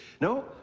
No